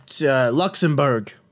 Luxembourg